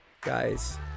guys